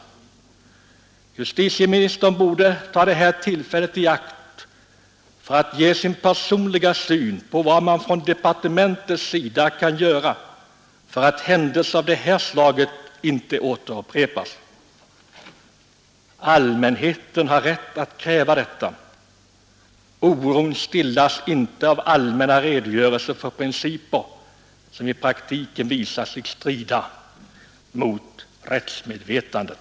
Justitieministern borde ta det här tillfället i akt för att ge sin Personliga syn på vad man från departementets sida kan göra för att händelser av detta slag inte skall upprepas. Allmänheten har rätt att kräva detta. Oron stillas inte av allmänna redogörelser för principer, som i praktiken visar sig strida mot rättsmedvetandet.